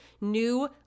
new